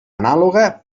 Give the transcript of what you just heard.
anàloga